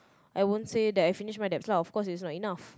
I wouldn't say that I finished my debts lah of course its not enough